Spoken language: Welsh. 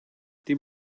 dim